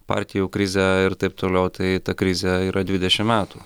partijų krizę ir taip toliau tai ta krizė yra dvidešim metų